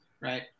right